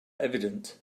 evident